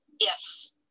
Yes